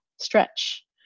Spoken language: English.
stretch